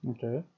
Okay